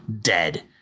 dead